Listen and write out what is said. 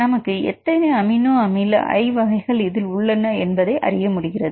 நமக்கு எத்தனை அமினோ அமில i வகைகள் இதில் உள்ளன என்பதை அறிய முடிகிறது